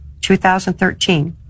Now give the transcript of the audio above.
2013